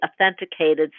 authenticated